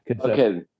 Okay